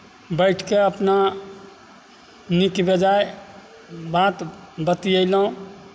बैठि कऽ अपना नीक बेजाए बात बतिएलहुँ